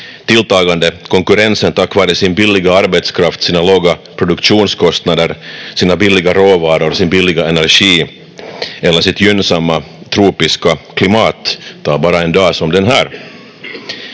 tilltagande konkurrensen tack vare sin billiga arbetskraft, sina låga produktionskostnader, sina billiga råvaror, sin billiga energi eller sitt gynnsamma tropiska klimat — ta bara en dag som den här.